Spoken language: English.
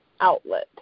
outlet